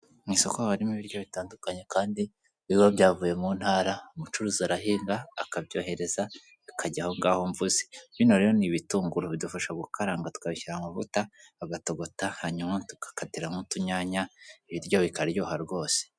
Mu isoko ha harimo ibiryo bitandukanye kandi biba byavuye mu ntara. Umucuruzi arahinga akabyohereza bikajya aho ngaho mvuze, bino rero ni ibitunguru bidufasha gukaramba tukabishyira amavuta bagatogota hanyuma tukakatiramo utunyanya ibiryo bikaryoha rwose.